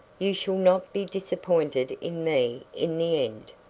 you shall not be disappointed in me in the end.